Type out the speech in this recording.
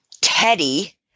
Teddy